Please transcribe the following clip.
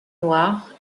noire